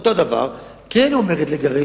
אותו הדבר, כן אומרת לגרש.